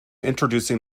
introducing